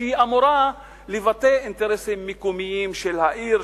שאמורה לבטא אינטרסים מקומיים של העיר,